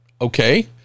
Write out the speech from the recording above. Okay